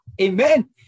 Amen